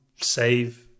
save